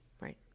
right